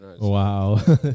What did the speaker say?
Wow